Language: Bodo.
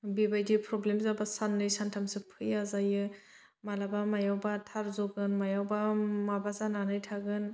बेबायदि प्रब्लेम जाबा साननै सानथामसो फैया जायो माब्लाबा मायावबा थार जगोन मायावबा माबा जानानै थागोन